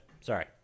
Sorry